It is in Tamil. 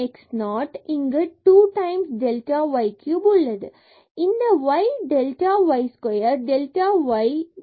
பின்பு y delta y square மற்றும் delta y பின்பு delta y cube கிடைக்கிறது